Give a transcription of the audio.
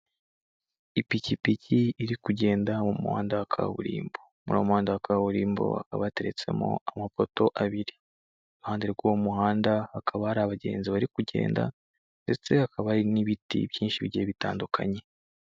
ipikipiki iri kugenda mu muhanda wa kaburimbo muri uwo muhanda wa kaburimbo hakaba hateretsemo amapoto abiri iruhande rw'uwo muhanda hakaba hari abagenzi bari kugenda ndetse hakaba hari n'ibiti byinshi bigiye bitandukanye.